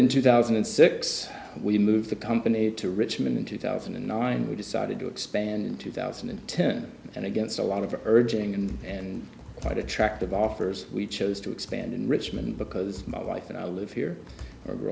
in two thousand and six we moved the company to richmond in two thousand and nine we decided to expand in two thousand and ten and against a lot of the urging and quite attractive offers we chose to expand in richmond because my wife and i live here are